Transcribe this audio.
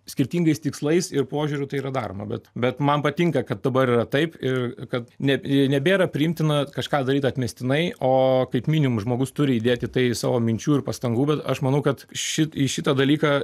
skirtingais tikslais ir požiūriu tai yra daroma bet bet man patinka kad dabar taip ir kad net jei nebėra priimtina kažką daryt atmestinai o kaip minimum žmogus turi įdėt į tai savo minčių ir pastangų bet aš manau kad ši į šitą dalyką